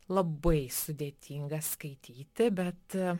labai sudėtinga skaityti bet